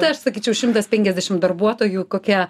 aš sakyčiau šimtas penkiasdešim darbuotojų kokia